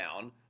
down